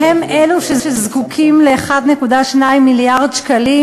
והם אלו שזקוקים ל-1.2 מיליארד השקלים